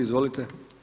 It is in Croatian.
Izvolite.